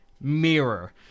Mirror